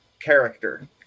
Character